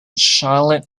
charlotte